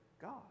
God